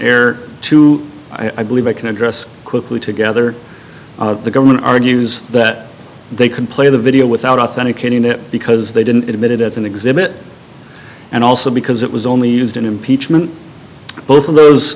error too i believe i can address quickly together the government argues that they can play the video without authenticating it because they didn't admit it as an exhibit and also because it was only used in impeachment both of those